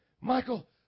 Michael